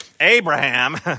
Abraham